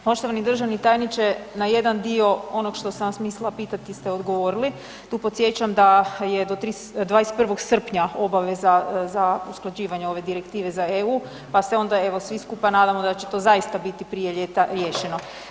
Poštovani državni tajniče, na jedan dio onog što sam vas mislila pitati, vi ste odgovorili, tu podsjećam je da je 21. srpnja obaveza za usklađivanje ove direktive za EU pa se onda evo svi skupa nadamo da će to zaista biti prije ljeta riješeno.